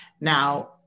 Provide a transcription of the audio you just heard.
Now